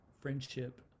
friendship